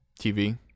TV